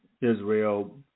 Israel